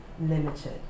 limited